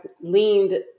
leaned